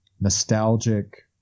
nostalgic